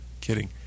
Kidding